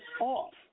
off